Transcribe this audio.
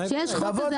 כשיש חוק כזה,